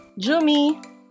Jumi